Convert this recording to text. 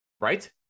right